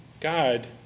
God